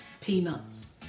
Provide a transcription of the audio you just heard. peanuts